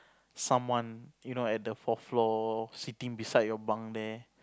someone you know at the fourth floor sitting beside your bunk there